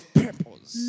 purpose